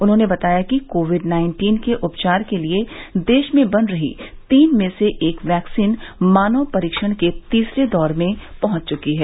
उन्होंने बताया कि कोविड नाइन्टीन के उपचार के लिए देश में बन रही तीन में से एक वैक्सीन मानव परीक्षण के तीसरे दौर में पहंच चुकी है